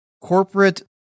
corporate